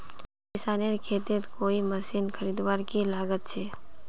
किसानेर केते कोई मशीन खरीदवार की लागत छे?